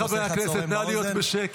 חבריי חברי הכנסת, נא להיות בשקט.